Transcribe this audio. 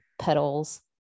petals